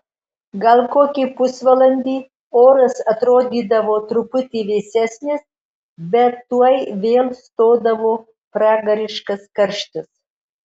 gal kokį pusvalandį oras atrodydavo truputį vėsesnis bet tuoj vėl stodavo pragariškas karštis